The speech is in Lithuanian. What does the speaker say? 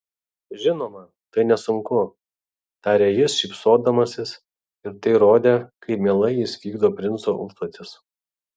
žinoma tai nesunku tarė jis šypsodamasis ir tai rodė kaip mielai jis vykdo princo užduotis